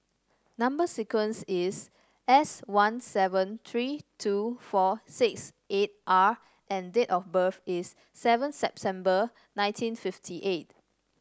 number sequence is S one seven three two four six eight R and date of birth is seven September nineteen fifty eight